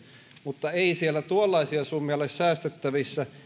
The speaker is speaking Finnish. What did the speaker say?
mutta ei sieltä tuollaisia summia ole säästettävissä